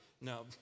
No